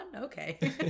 Okay